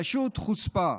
פשוט חוצפה.